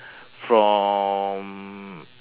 from